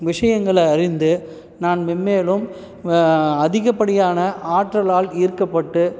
விஷயங்களை அறிந்து நான் மென்மேலும் அதிகப்படியான ஆற்றலால் ஈர்க்கப்பட்டு